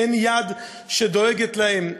אין יד שדואגת להם.